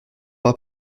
pas